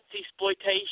exploitation